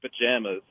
pajamas